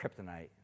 kryptonite